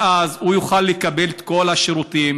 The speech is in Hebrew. ואז הוא יוכל לקבל את כל השירותים,